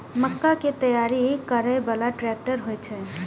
मक्का कै तैयार करै बाला ट्रेक्टर होय छै?